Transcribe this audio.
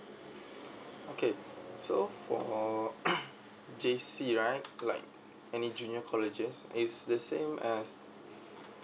okay so for JC right like any junior colleges is the same as